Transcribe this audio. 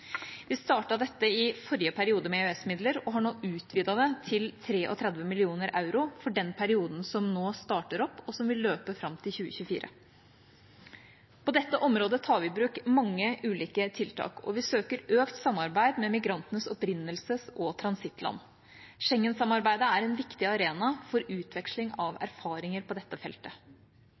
Vi startet dette i forrige periode med EØS-midler og har nå utvidet det til 33 mill. euro for den perioden som nå starter opp, og som vil løpe fram til 2024. På dette området tar vi i bruk mange ulike tiltak, og vi søker økt samarbeid med migrantenes opprinnelses- og transittland. Schengen-samarbeidet er en viktig arena for utveksling av erfaringer på dette feltet.